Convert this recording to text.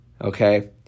okay